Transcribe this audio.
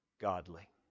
godly